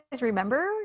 remember